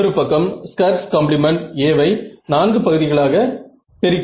இன்னொரு பக்கம் Schur's complement Schur's complement A வை 4 பகுதிகளாக தெரிகிறது